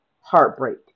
heartbreak